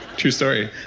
true story.